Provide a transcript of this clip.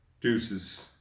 Deuces